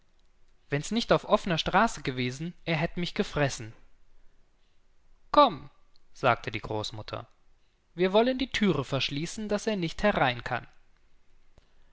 wenns nicht auf offner straße gewesen er hätt mich gefressen komm sagte die großmutter wir wollen die thüre verschließen daß er nicht herein kann